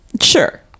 Sure